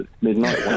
midnight